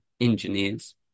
engineers